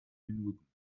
minuten